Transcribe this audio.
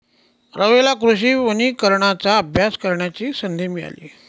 रवीला कृषी वनीकरणाचा अभ्यास करण्याची संधी मिळाली